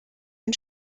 ein